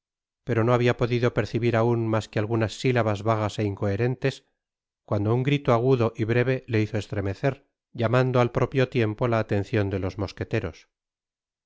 pero no habia podido percibir aun mas que algunas silabas vagas é incoherentes cuando un grito agudo y breve le hizo estremecer llamando al propio tiempo la atencion de los mosqueteros